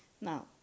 now